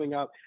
up